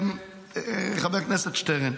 חבר הכנסת שטרן,